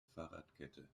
fahrradkette